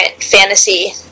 fantasy